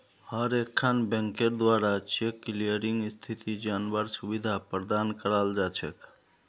हर एकखन बैंकेर द्वारा चेक क्लियरिंग स्थिति जनवार सुविधा प्रदान कराल जा छेक